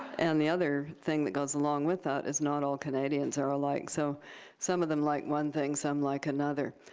and the other thing that goes along with that is not all canadians are alike. so some of them like one thing. some like another.